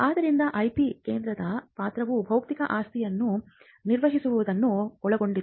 ಆದ್ದರಿಂದ IP ಕೇಂದ್ರದ ಪಾತ್ರವು ಬೌದ್ಧಿಕ ಆಸ್ತಿಯನ್ನು ನಿರ್ವಹಿಸುವುದನ್ನು ಒಳಗೊಂಡಿದೆ